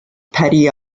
petty